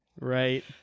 Right